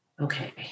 okay